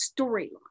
storyline